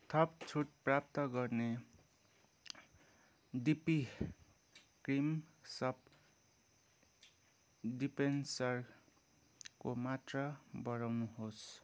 थप छुट प्राप्त गर्ने डिपी क्रिम सप डिपेन्सरको मात्रा बढाउनुहोस्